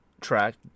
track